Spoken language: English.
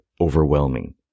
overwhelming